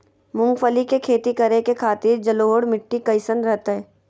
मूंगफली के खेती करें के खातिर जलोढ़ मिट्टी कईसन रहतय?